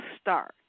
start